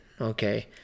Okay